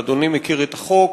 ואדוני מכיר את החוק,